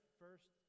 first